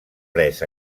pres